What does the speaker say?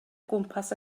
gwmpas